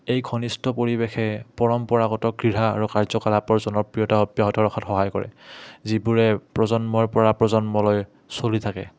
এই ঘনিষ্ঠ পৰিৱেশে পৰম্পৰাগত ক্ৰীড়া আৰু কাৰ্যকলাপৰ জনপ্ৰিয়তা অব্যাহত ৰখাত সহায় কৰে যিবোৰে প্ৰজন্মৰ পৰা প্ৰজন্মলৈ চলি থাকে